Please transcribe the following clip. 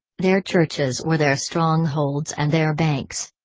their churches were their strongholds and their banks.